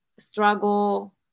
struggle